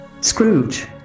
Scrooge